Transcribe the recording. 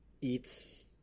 eats